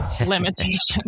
limitations